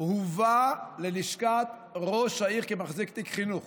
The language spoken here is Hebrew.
הובא ללשכת ראש העיר כמחזיק תיק חינוך.